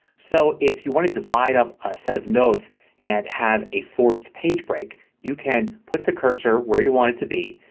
so if you wanted to divide up a set of notes and have a forced page break you can put the cursor where you want it to be,